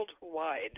worldwide